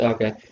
Okay